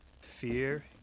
Fear